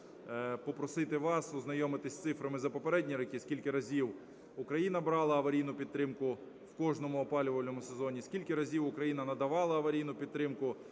попросити вас ознайомитись з цифрами за попередні роки, скільки разів Україна брала аварійну підтримку в кожному опалювальному сезоні, скільки разів Україна надавала аварійну підтримку